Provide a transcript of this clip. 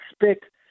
expect